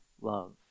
love